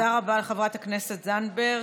תודה רבה לחברת הכנסת זנדברג.